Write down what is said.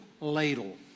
ladle